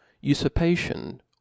usurpation